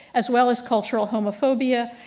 as well as cultural homophobia,